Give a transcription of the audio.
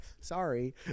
sorry